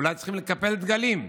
אולי צריכים לקפל דגלים.